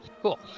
Cool